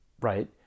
Right